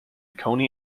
coney